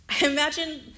imagine